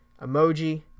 emoji